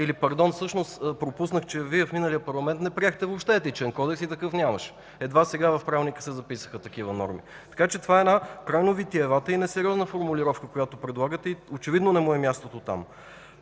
Пардон, всъщност пропуснах, че Вие в миналия парламент не приехте въобще Етичен кодекс и такъв нямаше. Едва сега в Правилника се записаха такива норми. Така че това е една крайно витиевата и несериозна формулировка, която предлагате. Очевидно не му е мястото там.